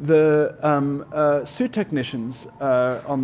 the um ah suit technicians um